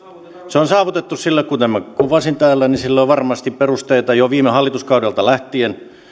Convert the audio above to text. se on saavutettu sillä kuten minä kuvasin täällä niin sille on varmasti perusteita jo viime hallituskaudelta lähtien että on